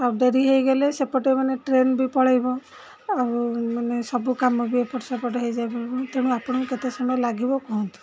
ଆଉ ଡେରି ହେଇଗଲେ ସେପଟେ ମାନେ ଟ୍ରେନ୍ ବି ପଳାଇବ ଆଉ ମାନେ ସବୁ କାମ ବି ଏପଟେ ସେପଟେ ହେଇଯାଏ ତେଣୁ ଆପଣଙ୍କୁ କେତେ ସମୟ ଲାଗିବ କୁହନ୍ତୁ